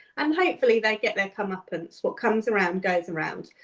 um hopefully they get their comeuppance. what comes around goes around.